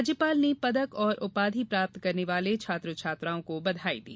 राज्यपाल ने पदक एवं उपाधि प्राप्त करने वाले छात्र छात्राओं को बधाई दी